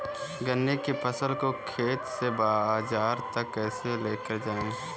गन्ने की फसल को खेत से बाजार तक कैसे लेकर जाएँ?